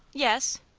yes.